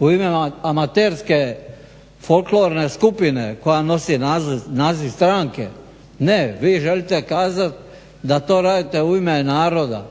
U ime amaterske folklorne skupine koja nosi naziv stranke? Ne, vi želite kazati da to radite u ime naroda.